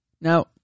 Now